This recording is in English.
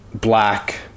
Black